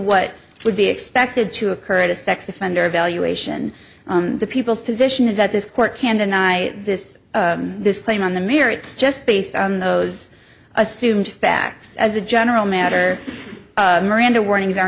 what would be expected to occur at a sex offender evaluation the people's position is that this court can deny this this claim on the merits just based on those assumed facts as a general matter miranda warnings